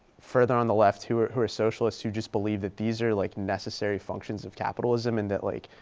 further on the left who are, who are socialists who just believe that these are like necessary functions of capitalism and that like,